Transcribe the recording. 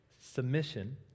submission